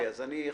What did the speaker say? אם לא, אז לא.